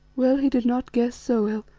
well he did not guess so ill,